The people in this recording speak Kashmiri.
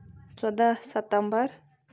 ژۄدہ سَتمبر